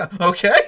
Okay